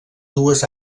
dues